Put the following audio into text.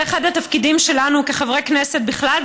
זה אחד התפקידים שלנו כחברי כנסת בכלל,